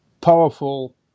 powerful